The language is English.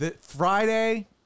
Friday